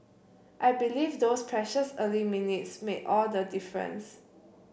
I believe those precious early minutes made all the difference